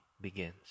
begins